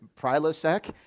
Prilosec